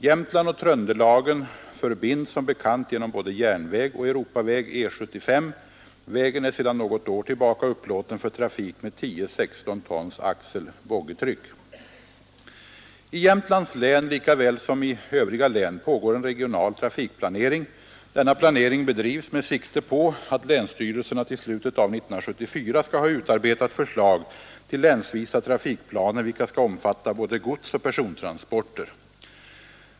Jämtland och Tröndelagen förbinds som bekant genom både järnväg och Europaväg E 75. Vägen är sedan något år tillbaka upplåten för trafik med 10 boggitryck. I Jämtlands län lika väl som i övriga län pågår en regional trafikplanering. Denna planering bedrivs med sikte på att länsstyrelserna till slutet av år 1974 skall ha utarbetat förslag till länsvisa trafikplaner, vilka skall omfatta både godsoch persontransporter.